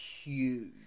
huge